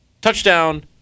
Touchdown